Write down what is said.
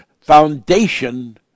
foundation